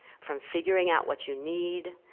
from figuring out what you need,